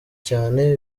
cyane